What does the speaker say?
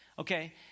Okay